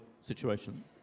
situation